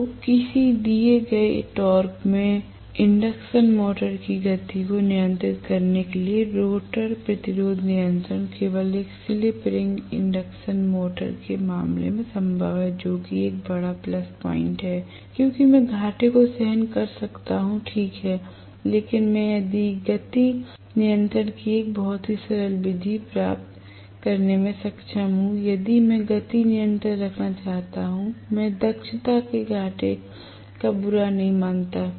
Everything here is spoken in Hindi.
तो किसी दिए गए टॉर्क में इंडक्शन मोटर की गति को नियंत्रित करने के लिए रोटर प्रतिरोध नियंत्रण केवल एक स्लिप रिंग इंडक्शन मोटर के मामले में संभव है जो कि एक बड़ा प्लस पॉइंट है क्योंकि मैं घाटे को सहन कर रहा हूं ठीक है लेकिन मैं गति नियंत्रण की एक बहुत ही सरल विधि प्राप्त करने में सक्षम हूं यदि मैं गति नियंत्रण रखना चाहता हूं मैं दक्षता में घाटे का बुरा नहीं मानता